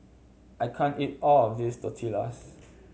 I can't eat all of this Tortillas